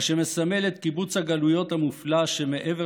מה שמסמל את קיבוץ הגלויות המופלא שמעבר